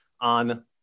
on